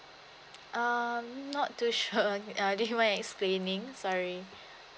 uh I'm not too sure uh do you mind explaining sorry